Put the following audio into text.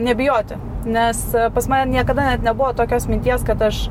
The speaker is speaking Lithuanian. nebijoti nes pas mane niekada net nebuvo tokios minties kad aš